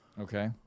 Okay